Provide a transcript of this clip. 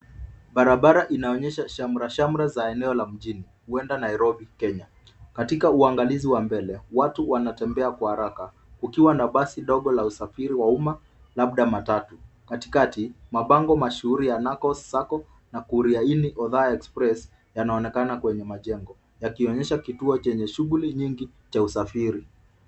Barabara inaonyesha shamrashamra za eneo la mjini, huenda Nairobi Kenya. Katika uangalizi wa mbele, watu wanatembea kwa haraka kukiwa na basi dogo la usafiri wa umma labda matatu. Katikati, mabango mashuhuri ya Nakonns Sacco na Kuria Ini Othaya Express inaonekana kwenye majengo yakionyesha kituo chenye shughuli nyingi cha usafiri.